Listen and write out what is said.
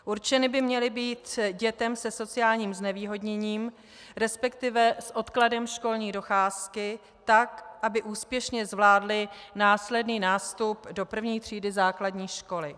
Určeny by měly být dětem se sociálním znevýhodněním, respektive s odkladem školní docházky, tak aby úspěšně zvládly následný nástup do první třídy základní školy.